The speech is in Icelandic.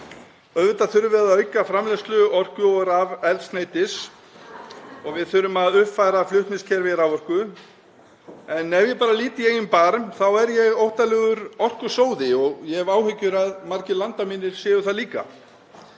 Auðvitað þurfum við að auka framleiðslu orku og rafeldsneytis og við þurfum að uppfæra flutningskerfi raforku. En ef ég bara lít í eigin barm þá er ég óttalegur orkusóði og ég hef áhyggjur af því að margir landar mínir séu það líka.